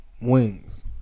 wings